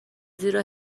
زیرا